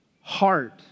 heart